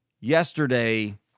yesterday